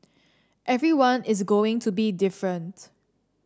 everyone is going to be different